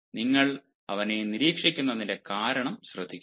നിങ്ങൾ അവനെ നിരീക്ഷിക്കുന്നതിൻറെ കാരണം ശ്രദ്ധിക്കുക